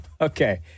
Okay